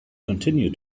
continue